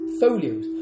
folios